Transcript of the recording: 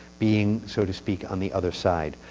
being, so to speak, on the other side.